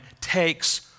takes